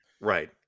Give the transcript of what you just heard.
Right